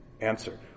Answer